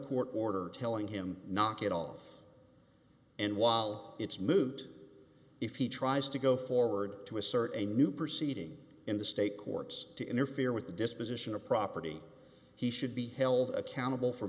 court order telling him knock it off and while it's moot if he tries to go forward to assert a new proceeding in the state courts to interfere with the disposition of property he should be held accountable for